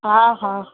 हा हा